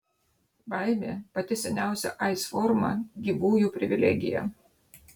baimė pati seniausia aids forma gyvųjų privilegija